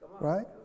Right